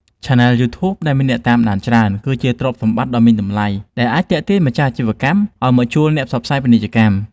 ឆានែលយូធូប ដែលមានអ្នកតាមដានច្រើន គឺជាទ្រព្យសម្បត្តិដ៏មានតម្លៃដែលអាចទាក់ទាញម្ចាស់អាជីវកម្មឱ្យមកជួលអ្នកផ្សព្វផ្សាយពាណិជ្ជកម្ម។